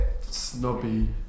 snobby